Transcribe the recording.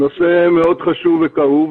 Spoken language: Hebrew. נושא מאוד חשוב וכאוב.